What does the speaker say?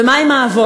ומה עם האבות?